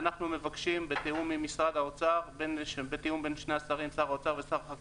אנחנו מבקשים בתיאום בין שר האוצר לבין שר החקלאות